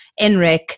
Enric